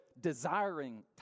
desiring